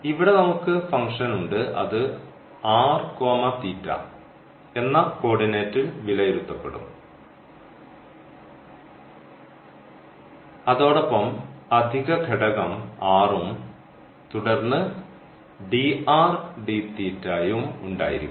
ഇവിടെ നമുക്ക് ഫംഗ്ഷൻ ഉണ്ട് അത് r θ എന്ന കോർഡിനേറ്റിൽ വിലയിരുത്തപ്പെടും അതോടൊപ്പം അധിക ഘടകം r ഉം തുടർന്ന് dr dθ ഉം ഉണ്ടായിരിക്കും